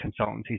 consultancies